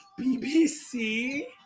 BBC